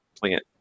plant